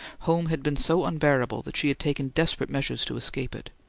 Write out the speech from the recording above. home had been so unbearable that she had taken desperate measures to escape it,